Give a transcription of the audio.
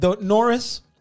Norris